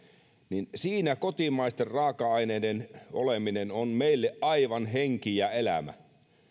niin siinä kotimaisten raaka aineiden olemassa oleminen on meille aivan henki ja elämä